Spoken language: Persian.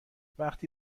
وقتی